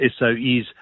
SOEs